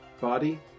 Body